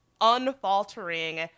unfaltering